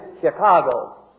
Chicago